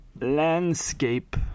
landscape